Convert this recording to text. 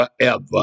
forever